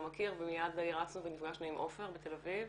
מכיר ומיד רצנו ונפגשנו עם עופר בתל אביב